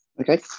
Okay